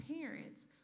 parents